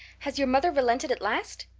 has your mother relented at last?